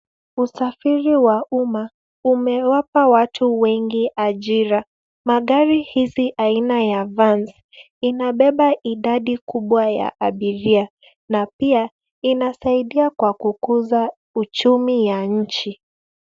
Usafiri wa umma umewapa watu wengi ajira. Magari hizi aina ya van inabeba idadi kubwa ya abiria na pia inasaidia kwa kukuza uchumi ya nchi.